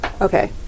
Okay